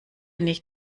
nicht